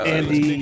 Andy